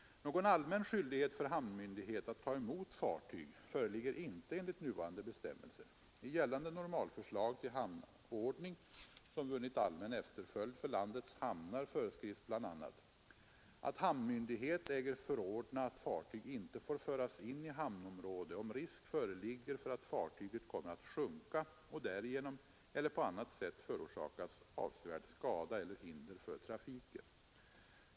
Någon allmän skyldighet för hamnmyndighet att ta emot fartyg föreligger inte enligt nuvarande bestämmelser. I gällande normalförslag till hamnordning, som vunnit allmän efterföljd för landets hamnar, föreskrivs bl.a. att hamnmyndighet äger förordna att fartyg inte får föras in i hamnområde om risk föreligger för att fartyget kommer att sjunka och därigenom eller på annat sätt förorsakar avsevärd skada eller hinder för trafiken.